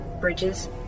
Bridges